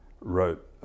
wrote